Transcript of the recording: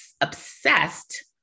obsessed